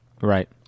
Right